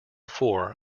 four